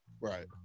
right